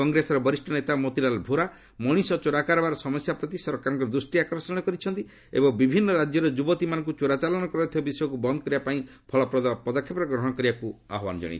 କଂଗ୍ରେସର ବରିଷ୍ଠ ନେତା ମୋତିଲାଲ୍ ଭୋରା ମଣିଷ ଚୋରା କାରବାର ସମସ୍ୟା ପ୍ରତି ସରକାରଙ୍କ ଦୃଷ୍ଟି ଆକର୍ଷଣ କରିଛନ୍ତି ଏବଂ ବିଭିନ୍ନ ରାଜ୍ୟରୁ ଯୁବତୀମାନଙ୍କୁ ଚୋରାଚାଲାଣ କରାଯାଉଥିବା ବିଷୟକୁ ବନ୍ଦ୍ କରିବାପାଇଁ ଫଳପ୍ରଦ ପଦକ୍ଷେପ ଗ୍ରହଣ କରିବାକୁ ଆହ୍ୱାନ ଜଣାଇଛନ୍ତି